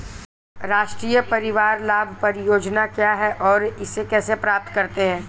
राष्ट्रीय परिवार लाभ परियोजना क्या है और इसे कैसे प्राप्त करते हैं?